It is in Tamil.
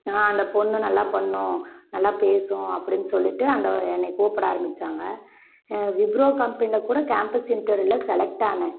நான் அந்த பொண்ணு நல்லா பண்ணும் நல்லா பேசும் அப்படின்னு சொல்லிவிட்டு அந்த என்னை கூப்பிட ஆரமித்தாங்க விப்ரோ கம்பெனியில் கூட கேம்பஸ் இன்டர்வியூவில் செலெக்ட் ஆனேன்